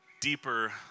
deeper